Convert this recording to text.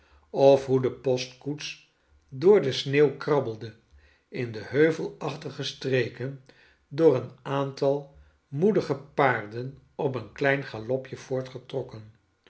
of hoe depostkoets door de sneeuw krabbelde in de heuvelachtige streken door een aantal moedige paarden op een klein galopje